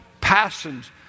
passions